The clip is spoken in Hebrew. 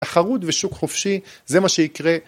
תחרות ושוק חופשי זה מה שיקרה